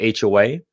HOA